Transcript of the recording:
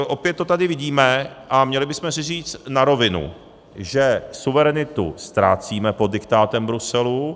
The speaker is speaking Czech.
Opět to tady vidíme, a měli bychom si říct na rovinu, že suverenitu ztrácíme pod diktátem Bruselu.